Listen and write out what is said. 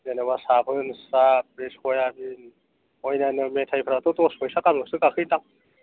जेनेबा साबोन सार्फ बे सयाबिन अनन्यायन' मेथायफ्राथ' दस फैसाल'सो गाखोयो दां